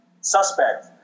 Suspect